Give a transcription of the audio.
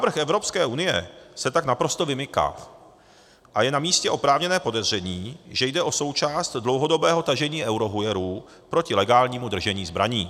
Návrh Evropské unie se tak naprosto vymyká a je namístě oprávněné podezření, že jde o součást dlouhodobého tažení eurohujerů proti legálnímu držení zbraní.